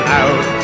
out